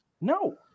No